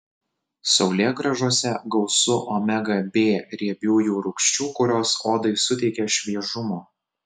saulėgrąžose gausu omega b riebiųjų rūgščių kurios odai suteikia šviežumo